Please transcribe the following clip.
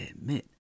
admit